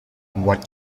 what